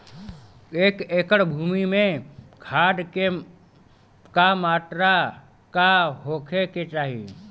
एक एकड़ भूमि में खाद के का मात्रा का होखे के चाही?